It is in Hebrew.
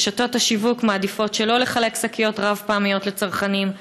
רשתות השיווק מעדיפות שלא לחלק שקיות רב-פעמיות לצרכנים,